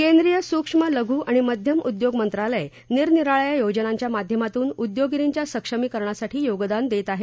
केंद्रीय सूक्ष्म लघु आणि मध्यम उद्योग मंत्रालय निरनिराळ्या योजनांच्या माध्यमातून उद्योगिनींच्या सक्षमीकरणासाठी योगदान देत आहे